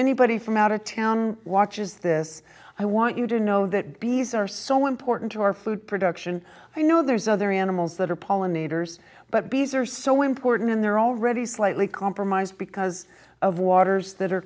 anybody from out of town watches this i want you to know that bees are so important to our food production i know there's other animals that are pollinators but bees are so important and they're already slightly compromised because of waters that